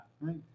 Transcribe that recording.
Right